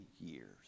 years